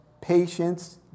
patience